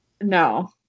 No